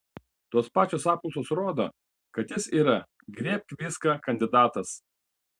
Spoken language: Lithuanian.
tos pačios apklausos rodo kad jis yra griebk viską kandidatas